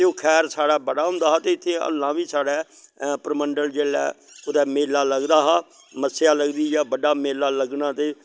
तो ओह् खैह्र साढ़ै बड़ा होंदा हा ते इत्थै हल्लां बी साढ़ै परमंडल जेल्लै कुदै मेला लगदा हा मस्सेआ लग्नीग जां बड्डा मेला लग्गना